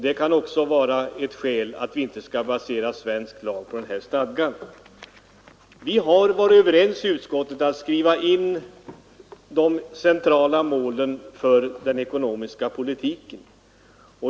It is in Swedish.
Det kan även vara ett skäl för att vi inte skall helt basera svensk lag på denna stadga från 1950-talet. Vi har i utskottet varit överens om att i lagen skriva in de centrala målen för den ekonomiska politiken.